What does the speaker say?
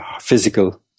physical